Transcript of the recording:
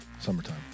summertime